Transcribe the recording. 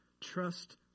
trust